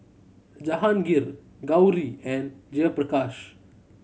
Jehangirr Gauri and Jayaprakash